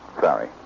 Sorry